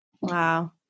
Wow